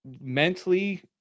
mentally